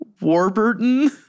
Warburton